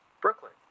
Brooklyn